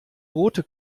rote